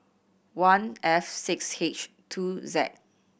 one F six H two Z